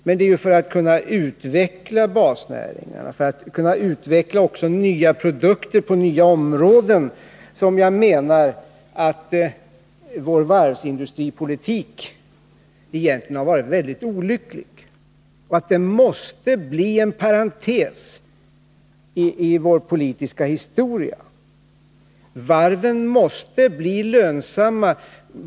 Men det är ju för att kunna utveckla basnäringarna och för att kunna utveckla också nya produkter på nya områden som jag menar att vår varvsindustripolitik egentligen har varit väldigt olycklig och att den måste bli en parentes i vår politiska historia. Varven måste bli lönsamma.